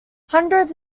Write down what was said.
hundreds